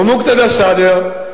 מוקתדא א-סאדר,